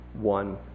one